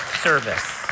service